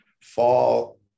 Fall